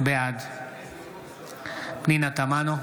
בעד פנינה תמנו,